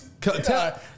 tell